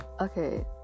Okay